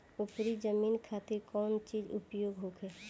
उपरी जमीन खातिर कौन बीज उपयोग होखे?